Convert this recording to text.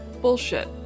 Bullshit